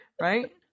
Right